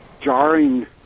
jarring